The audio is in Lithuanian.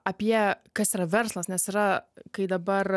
apie kas yra verslas nes yra kai dabar